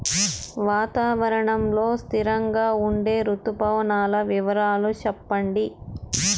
వాతావరణం లో స్థిరంగా ఉండే రుతు పవనాల వివరాలు చెప్పండి?